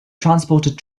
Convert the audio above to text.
transported